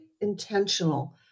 intentional